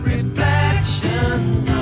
Reflections